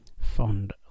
fond